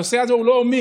הנושא הזה הוא לאומי.